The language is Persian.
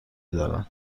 دارن